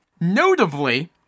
Notably